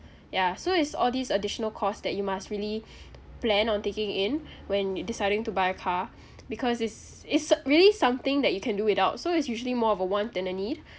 ya so it's all these additional costs that you must really plan on taking in when deciding to buy a car because it's it's really something that you can do without so it's usually more of a want than a need